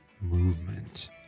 movement